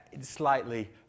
slightly